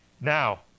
Now